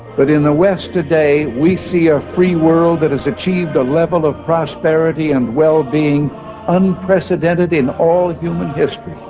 but in the west today we see a free world that has achieved a level of prosperity and well-being unprecedented in all human history.